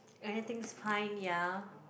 anything is fine ya